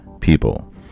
People